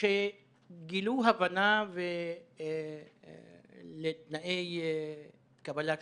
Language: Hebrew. שגילו הבנה לתנאי קבלה שונים.